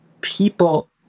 people